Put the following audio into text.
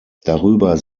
darüber